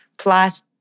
Plus